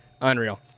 Unreal